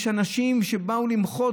יש אנשים שבאו למחות,